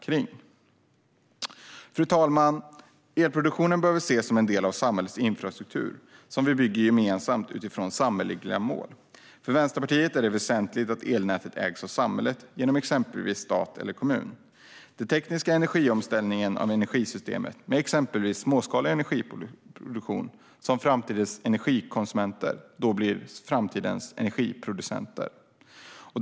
Fru talman! Elproduktionen behöver ses som en del av samhällets infrastruktur, som vi gemensamt bygger upp utifrån samhälleliga mål. För Vänsterpartiet är det väsentligt att elnätet är ägt av samhället genom exempelvis stat eller kommun. Den tekniska omställningen av energisystemet med småskalig energiproduktion innebär att framtidens energikonsumenter samtidigt blir framtidens energiproducenter.